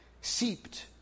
seeped